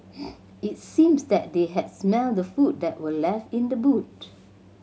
it seemed that they had smelt the food that were left in the boot